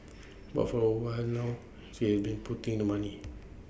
but for A while now she has been putting the money